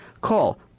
Call